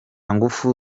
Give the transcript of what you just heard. ngufu